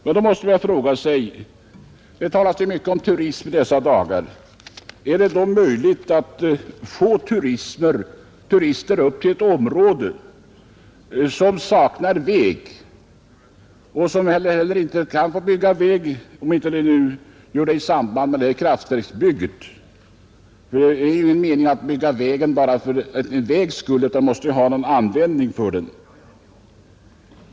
Det talas mycket om turism i dessa dagar, men man måste fråga sig, om det är möjligt att få turister upp till ett område som saknar väg och där sådan heller inte kan byggas, såvida detta inte görs i samband med kraftverksbygget — det är ju ingen mening med att bygga väg, om man inte får någon användning för den.